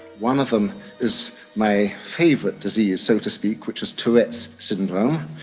one of them is my favourite disease so to speak, which is tourette's syndrome,